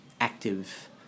active